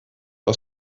aus